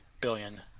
billion